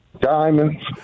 diamonds